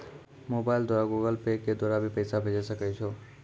Mobile द्वारा Google Pay के द्वारा भी पैसा भेजै सकै छौ?